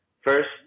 first